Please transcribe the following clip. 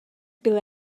byl